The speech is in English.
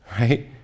right